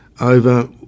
over